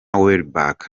welbeck